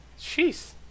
Jeez